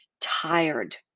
tired